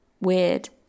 weird